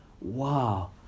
Wow